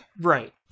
right